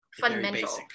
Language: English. fundamental